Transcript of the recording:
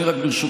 אני רק ברשותך,